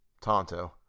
Tonto